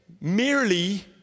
merely